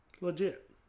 Legit